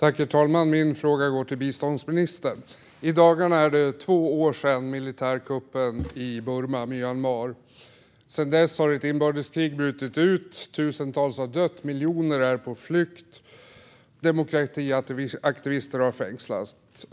Herr talman! Min fråga går till biståndsministern. I dagarna är det två år sedan militärkuppen i Burma/Myanmar. Sedan dess har ett inbördeskrig brutit ut. Tusentals har dött, och miljoner är på flykt. Demokratiaktivister har fängslats.